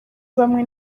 bamwe